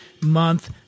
month